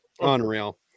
unreal